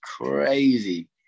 crazy